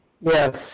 Yes